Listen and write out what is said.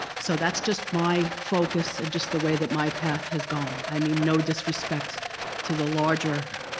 so that's just my focus and just the way that my path has gone, i mean no disrespect to the larger,